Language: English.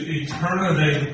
eternity